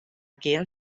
gjin